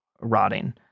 rotting